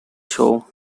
show